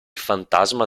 fantasma